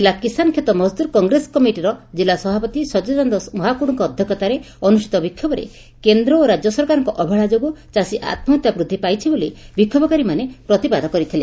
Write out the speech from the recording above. ଜିଲ୍ଲା କିଷାନ କ୍ଷେତ ମଜଦୁର କଂଗ୍ରେସ କମିଟିର ଜିଲ୍ଲ ସଭାପତି ସଚିଦାନନ୍ଦ ମହାକୁଡଙ୍କ ଅଧ୍ଧକ୍ଷତାରେ ଅନୁଷିତ ବିକ୍ଷୋଭରେ କେନ୍ଦ୍ର ଓ ରାଜ୍ୟ ସରକାରଙ୍କ ଅବହେଳା ଯୋଗୁଁ ଚାଷୀ ଆତ୍କହତ୍ୟା ବୃଦ୍ଧି ପାଇଛି ବୋଲି ବିଷୋଭକାରୀମାନେ ପ୍ରତିବାଦ କରିଥିଲେ